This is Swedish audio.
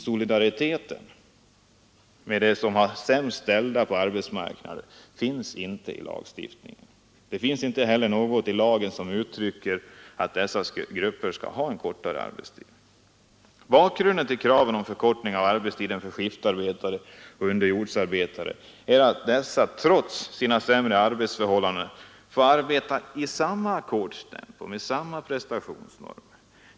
Solidariteten med de sämst ställda på arbetsmarknaden finns inte i lagstiftningen. Det finns inte heller något i lagen som uttalar att dessa grupper skall ha en kortare arbetstid. Bakgrunden till kraven om förkortning av arbetstiden för skiftarbetare och underjordsarbetare är att dessa trots sina sämre arbetsförhållanden får arbeta i samma ackordstempo och med prestationsnormer.